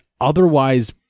otherwise